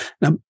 Now